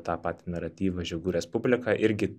tą patį naratyvą žiogų respublika irgi